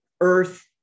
earth